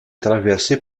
traversé